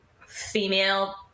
female